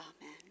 Amen